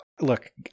look